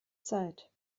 zeit